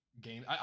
game